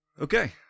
okay